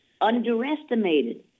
underestimated